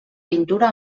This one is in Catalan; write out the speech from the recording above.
pintura